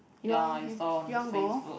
you want you want go